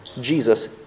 Jesus